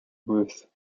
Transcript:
ruth